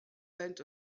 went